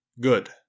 Good